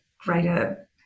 greater